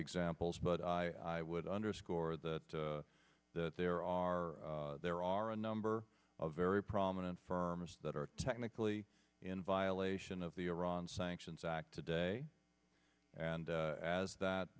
examples but i would underscore that that there are there are a number of very prominent firms that are technically in violation of the iran sanctions act today and as that